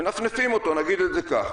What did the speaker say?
מנפנפים אותו, נגיד את זה כך.